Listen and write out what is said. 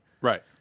Right